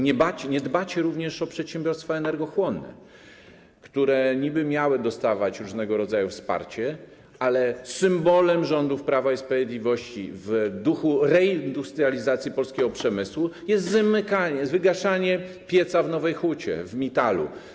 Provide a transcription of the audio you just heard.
Nie dbacie również o przedsiębiorstwa energochłonne, które niby miały dostawać różnego rodzaju wsparcie, ale symbolem rządów Prawa i Sprawiedliwości w duchu reindustrializacji polskiego przemysłu jest wygaszanie pieca w Nowej Hucie, w Mittalu.